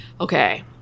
Okay